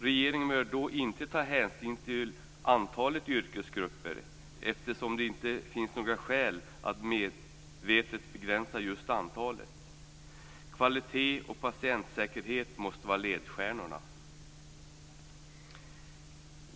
Regeringen bör då inte ta hänsyn till antalet yrkesgrupper, eftersom det inte finns några skäl att medvetet begränsa just antalet. Kvalitet och patientsäkerhet måste vara ledstjärnorna.